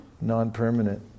non-permanent